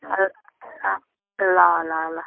हजुर अँ ल ल ल